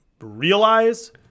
realize